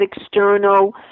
external